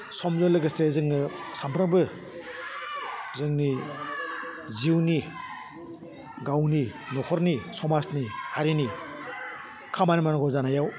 समजों लोगोसे जोङो सामफ्रामबो जोंनि जिउनि गावनि नखरनि समाजनि हारिनि खामानि मावनांगौ जानायाव